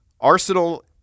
Arsenal